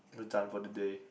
we're done for the day